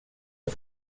att